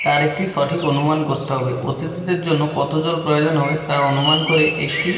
তার একটি সঠিক অনুমান করতে হবে অতিথিদের জন্য কতো জল প্রয়োজন হবে তা অনুমান করে একটি